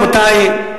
רבותי,